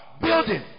building